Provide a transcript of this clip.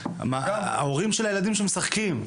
ההורים של הילדים שמשחקים.